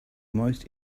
most